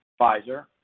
Pfizer